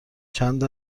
چند